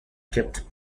kept